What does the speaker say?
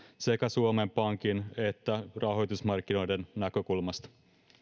sekä suomen pankin että rahoitusmarkkinoiden näkökulmasta